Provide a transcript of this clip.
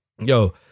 yo